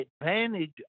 advantage